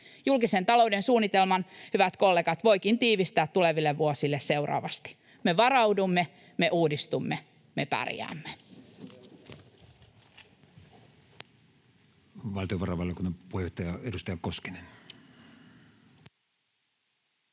Julkisen talouden suunnitelman, hyvät kollegat, voikin tiivistää tuleville vuosille seuraavasti: Me varaudumme. Me uudistumme. Me pärjäämme.